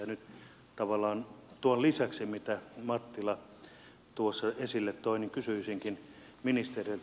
ja nyt tavallaan tuon lisäksi mitä mattila tuossa esille toi kysyisinkin ministeriltä